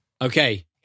Okay